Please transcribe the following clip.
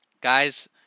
Guys